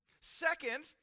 Second